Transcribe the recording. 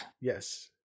Yes